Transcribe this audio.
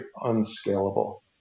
unscalable